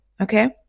okay